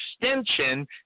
extension